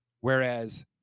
Whereas